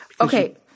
Okay